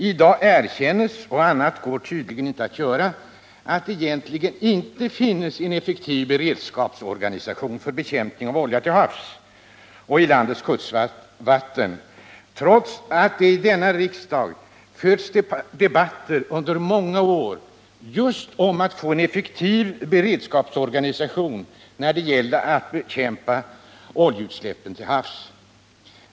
I dag erkänns — och något annat går inte att göra — att det egentligen inte finns någon effektiv beredskapsorganisation för bekämpning av olja till havs och i kustvatten, trots att det i denna riksdag under många år har förts debatter om just möjligheterna att få en effektiv beredskapsorganisation för att bekämpa oljeutsläppen till havs.